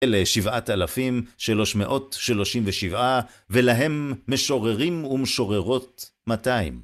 אלה שבעת אלפים, שלוש מאות שלושים ושבעה, ולהם משוררים ומשוררות מאתיים.